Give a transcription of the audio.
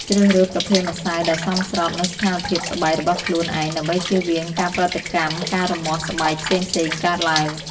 ជ្រើសរើសប្រភេទម្សៅដែលសមស្របនឹងស្ថានភាពស្បែករបស់ខ្លួនឯងដើម្បីជៀសវាងការប្រតិកម្មឬការរមាស់ស្បែកផ្សេងៗកើតឡើង។